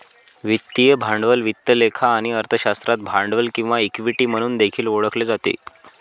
वित्तीय भांडवल वित्त लेखा आणि अर्थशास्त्रात भांडवल किंवा इक्विटी म्हणून देखील ओळखले जाते